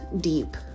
deep